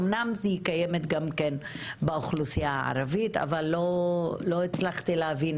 אמנם היא קיימת באוכלוסייה הערבית אבל לא הצלחתי להבין